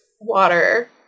water